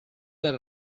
del